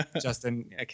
Justin